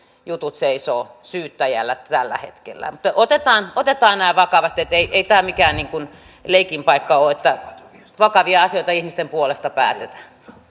jutut seisovat syyttäjällä tällä hetkellä otetaan otetaan nämä vakavasti ei tämä mikään leikin paikka ole että vakavia asioita ihmisten puolesta päätetään